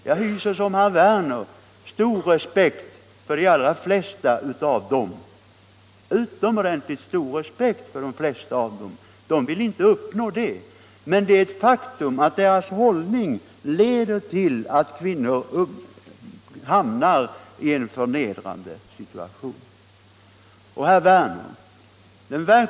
Jag hyser som herr Werner utomordentligt stor respekt för de flesta av motståndarna till kvinnliga präster, men det är ett faktum att deras hållning leder till att kvinnor hamnar i en förnedrande situation.